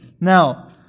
Now